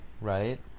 Right